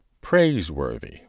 praiseworthy